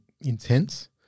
intense